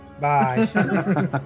Bye